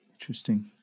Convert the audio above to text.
Interesting